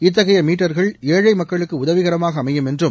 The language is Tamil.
இத்தகைய மீட்டர்கள் ஏழை மக்களுக்கு உதவிகரமாக அமையும் என்றும்